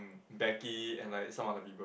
Becky and like some other people